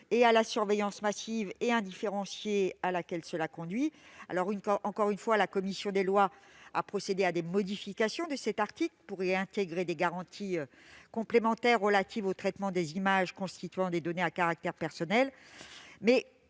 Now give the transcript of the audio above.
et à la surveillance massive et indifférenciée à laquelle cela conduit. Certes, la commission des lois du Sénat a procédé à des modifications de cet article pour y intégrer des garanties complémentaires relatives au traitement des images constituant des données à caractère personnel,